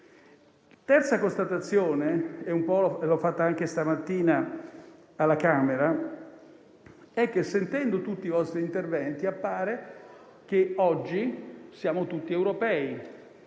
terza constatazione, che un po' ho fatto anche stamattina alla Camera, è che, ascoltando tutti i vostri interventi, appare che oggi siamo tutti europei.